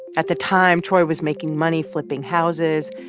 at the time, troy was making money flipping houses,